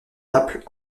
naples